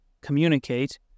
communicate